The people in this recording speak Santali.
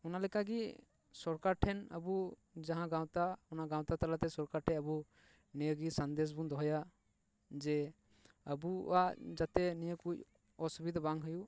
ᱚᱱᱟ ᱞᱮᱠᱟ ᱜᱮ ᱥᱚᱨᱠᱟᱨ ᱴᱷᱮᱱ ᱟᱵᱚ ᱡᱟᱦᱟᱸ ᱜᱟᱶᱛᱟ ᱚᱱᱟ ᱜᱟᱶᱛᱟ ᱛᱟᱞᱟᱛᱮ ᱥᱚᱨᱠᱟᱨ ᱴᱷᱮᱱ ᱟᱵᱚ ᱱᱤᱭᱟᱹ ᱜᱮ ᱥᱟᱸᱱᱫᱮᱥ ᱵᱚᱱ ᱫᱚᱦᱚᱭᱟ ᱡᱮ ᱟᱵᱚᱭᱟᱜ ᱡᱟᱛᱮ ᱱᱤᱭᱟᱹ ᱠᱚ ᱚᱥᱩᱵᱤᱫᱟ ᱵᱟᱝ ᱦᱩᱭᱩᱜ